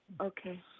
Okay